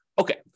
Okay